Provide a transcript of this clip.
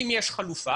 אם יש חלופה,